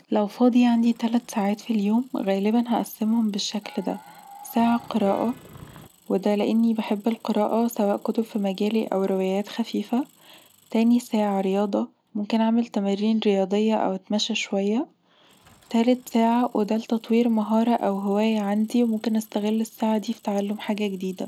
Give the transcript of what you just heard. لو فاضي عندي تلت ساعات في اليوم، غالبًا هقسمهم بالشكل ده.. ساعة قراءة وده لأني بحب القراءة سواء كتب في مجالي أو روايات خفيفة، تاني ساعة رياضه، ممكن أعمل تمارين رياضية أو أتمشى شوية، تالت ساعه تطوير وده لتطوير مهارة أو هواية عندي وممكن أستغل الساعة دي في تعلم حاجة جديدة